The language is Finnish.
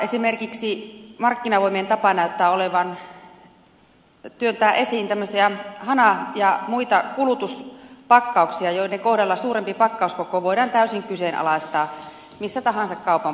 esimerkiksi markkinavoimien tapa näyttää olevan työntää esiin tämmöisiä hana ja muita kulutuspakkauksia joiden kohdalla suurempi pakkauskoko voidaan täysin kyseenalaistaa missä tahansa kaupan portaista